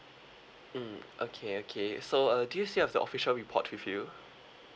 mm okay okay so uh do you still have the official report with you